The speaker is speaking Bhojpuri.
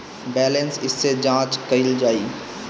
बैलेंस कइसे जांच कइल जाइ?